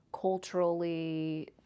culturally